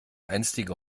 einstige